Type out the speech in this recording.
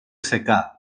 secà